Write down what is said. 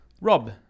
Rob